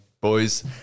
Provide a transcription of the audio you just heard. boys